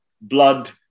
blood